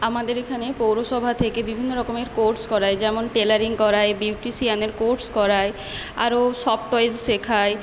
আমাদের এখানে পৌরসভা থেকে বিভিন্ন রকমের কোর্স করায় যেমন টেলারিং করায় বিউটিশিয়ানের কোর্স করায় আরো সফট টয়েস শেখায়